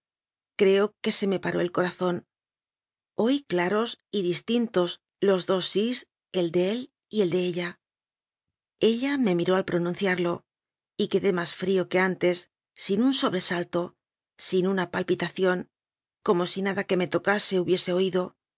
creo que se me paró el corazón oí claros y distintos los dos nsís el de él y el de ella ella me miró al promiunciarlo y quedé más frío que antes sin un sobresalto sin una palpitación como si nada que me tocase hubiese oído